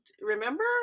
remember